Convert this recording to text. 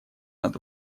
над